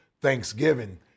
Thanksgiving –